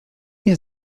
nie